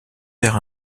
perd